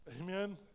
Amen